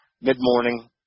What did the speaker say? mid-morning